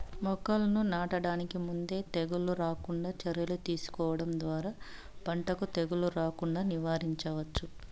మొక్కలను నాటడానికి ముందే తెగుళ్ళు రాకుండా చర్యలు తీసుకోవడం ద్వారా పంటకు తెగులు రాకుండా నివారించవచ్చు